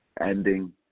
ending